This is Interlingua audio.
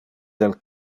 del